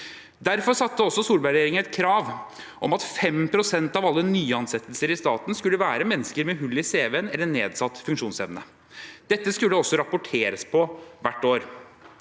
Derfor satte Solberg-regjeringen et krav om at 5 pst. av alle nyansettelser i staten skulle være mennesker med hull i cv-en eller nedsatt funksjonsevne. Dette skulle også rapporteres på hvert år.